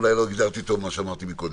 אולי לא הגדרתי טוב את מה שאמרתי מקודם.